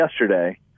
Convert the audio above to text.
yesterday